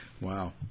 Wow